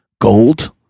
Gold